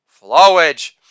flowage